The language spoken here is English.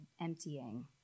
emptying